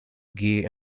gay